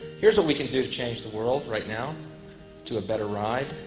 here's what we can do to change the world right now to a better ride.